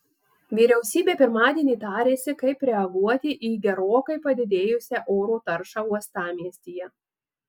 vyriausybė pirmadienį tarėsi kaip reaguoti į gerokai padidėjusią oro taršą uostamiestyje